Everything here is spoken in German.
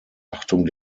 achtung